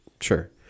sure